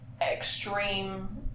extreme